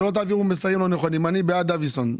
שלא תעבירו מסרים לא נכונים - שאני בעד דוידסון.